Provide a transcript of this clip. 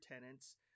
tenants